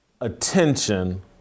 Attention